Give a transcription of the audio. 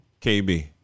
KB